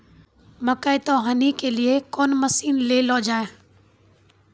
मकई तो हनी के लिए कौन मसीन ले लो जाए?